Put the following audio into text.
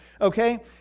okay